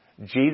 Jesus